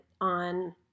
on